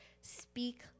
speak